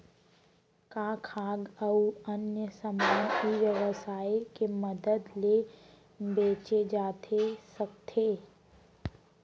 का खाद्य अऊ अन्य समान ई व्यवसाय के मदद ले बेचे जाथे सकथे?